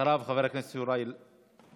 אחריו, חבר הכנסת יוראי להב.